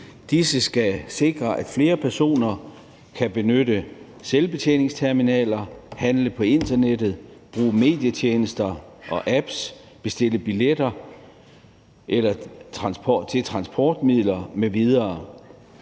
Disse skal sikre, at flere personer kan benytte selvbetjeningsterminaler, handle på internettet, bruge medietjenester og apps, bestille billetter til transportmidler m.v.